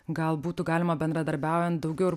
gal būtų galima bendradarbiaujant daugiau ir